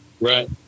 Right